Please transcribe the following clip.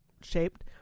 shaped